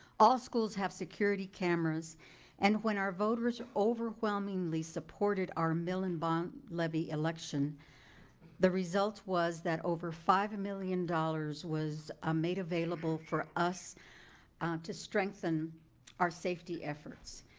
all schools have security cameras and when our voters overwhelming supported our mill and bond levy election the result was that over five million dollars was ah made available for us to strengthen our safety efforts.